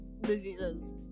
diseases